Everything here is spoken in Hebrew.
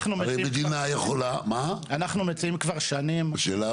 אנחנו מציעים כבר שנים -- השאלה